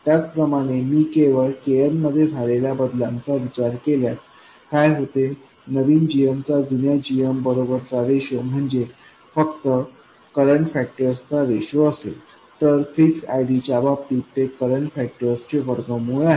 त्याचप्रमाणे मी केवळ Kn मध्ये झालेल्या बदलांचा विचार केल्यास काय होते नवीन gmचा जुन्या gm बरोबर चा रेशो म्हणजे फक्त करंट फॅक्टर्स चा रेशो असेल तर फिक्स IDच्या बाबतीत ते करंट फॅक्टर्स चे वर्गमूळ आहे